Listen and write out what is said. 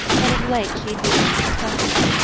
that of late she had been unsuccessful,